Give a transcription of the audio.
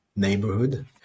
neighborhood